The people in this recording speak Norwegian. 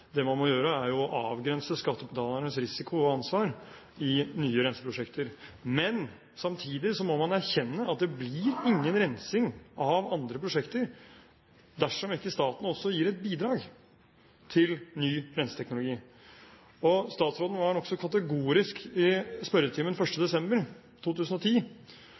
Det man må gjøre, er jo å avgrense skattebetalernes risiko og ansvar i nye renseprosjekter. Men samtidig må man erkjenne at det blir ingen rensing av andre prosjekter dersom ikke staten også gir et bidrag til ny renseteknologi. Statsråden var nokså kategorisk i spørretimen 1. desember 2010